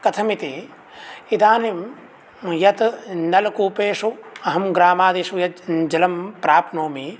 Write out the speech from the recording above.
कथमिति इदानीं यत् नलकूपेषु अहं ग्रामादिषु यद् जलं प्राप्नोमि